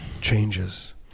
changes